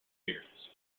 years